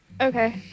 Okay